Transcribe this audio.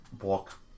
walk